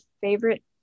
favorite